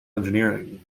engineering